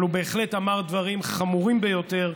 אבל הוא בהחלט אמר דברים חמורים ביותר,